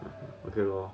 okay lor